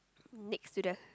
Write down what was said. next to the